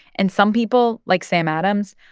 and some people, like sam adams,